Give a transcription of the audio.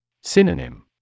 Synonym